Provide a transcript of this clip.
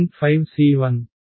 5C14C30